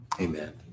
Amen